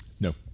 No